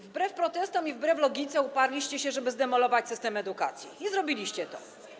Wbrew protestom i wbrew logice uparliście się, żeby zdemolować system edukacji, i zrobiliście to.